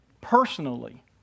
personally